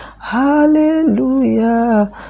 Hallelujah